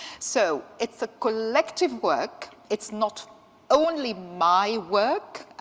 so it's a collective work. it's not only my work,